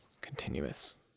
continuous